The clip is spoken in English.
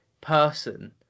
person